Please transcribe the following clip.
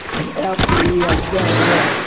and after we have done that,